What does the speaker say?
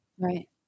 Right